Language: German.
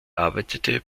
arbeitete